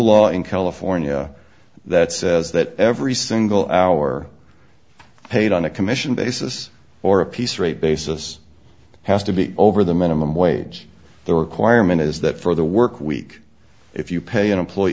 law in california that says that every single hour paid on a commission basis or a piece rate basis has to be over the minimum wage the requirement is that for the work week if you pay an